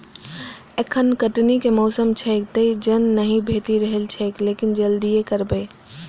एखन कटनी के मौसम छैक, तें जन नहि भेटि रहल छैक, लेकिन जल्दिए करबै